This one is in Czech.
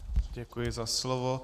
Děkuji za slovo.